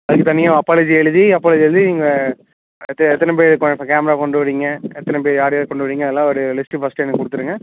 அதற்கு தனியாக அப்பாலஜி எழுதி அப்பாலஜி எழுதி நீங்கள் எத்த எத்தனை பேர் இப்போ கேமரா கொண்டு வரீங்க எத்தனை பேர் யார் யார் கொண்டு வரீங்க அதெல்லாம் ஒரு லிஸ்ட்டு ஃபர்ஸ்ட்டு எனக்கு கொடுத்துருங்க